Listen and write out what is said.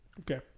Okay